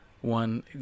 One